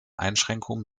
einschränkung